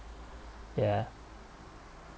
ya